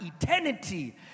eternity